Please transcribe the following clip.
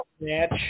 match